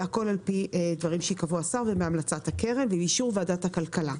והכול על פי דברים שיקבע השר ובהמלצת הקרן ובאישור ועדת הכלכלה.